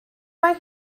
mae